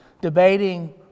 debating